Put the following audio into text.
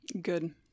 Good